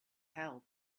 help